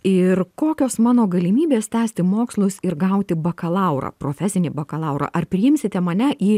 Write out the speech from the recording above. ir kokios mano galimybės tęsti mokslus ir gauti bakalaurą profesinį bakalaurą ar priimsite mane į